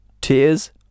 Tears